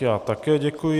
Já také děkuji.